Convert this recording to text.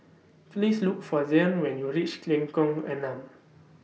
Please Look For Zion when YOU REACH Lengkong Enam